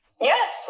yes